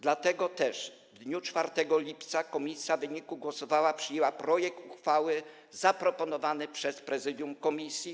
Dlatego też w dniu 4 lipca komisja w wyniku głosowania przyjęła projekt uchwały zaproponowany przez prezydium komisji.